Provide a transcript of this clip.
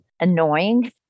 annoying